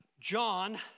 John